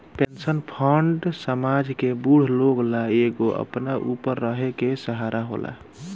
pension fund समाज के बूढ़ लोग ला एगो अपना ऊपर रहे के सहारा होला